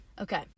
Okay